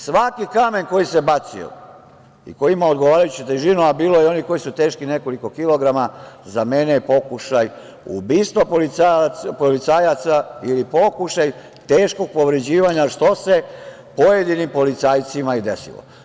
Svaki kamen koji se bacio i koji ima odgovarajuću težinu, a bilo je i onih koji su teški nekoliko kilograma, za mene je pokušaj ubistva policajaca ili pokušaj teškog povređivanja, što se pojedinim policajcima i desilo.